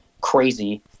crazy